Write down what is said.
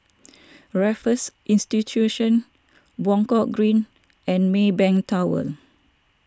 Raffles Institution Buangkok Green and Maybank Tower